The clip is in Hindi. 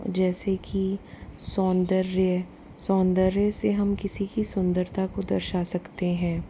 जैसे कि सौन्दर्य सौन्दर्य से हम किसी कि सुंदरता को दर्शा सकते हैं